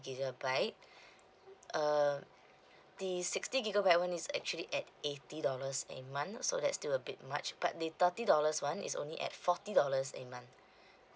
gigabyte err the sixty gigabyte one is actually at eighty dollars a month so that's still a bit much but the thirty dollars one is only at forty dollars a month